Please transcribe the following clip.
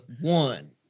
one